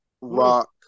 Rock